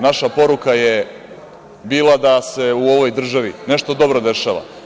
Naša poruka je bila da se u ovoj državi nešto dobro dešava.